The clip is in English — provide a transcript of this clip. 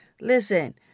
Listen